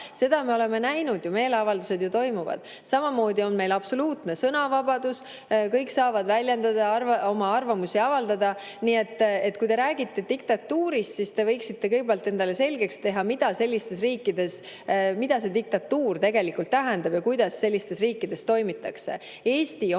Seda me oleme ju näinud, meeleavaldused toimuvad. Samamoodi on meil absoluutne sõnavabadus, kõik saavad väljendada oma arvamust. Kui te räägite diktatuurist, siis te võiksite kõigepealt endale selgeks teha, mida diktatuur tegelikult tähendab ja kuidas sellistes riikides toimitakse. Eesti on